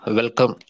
welcome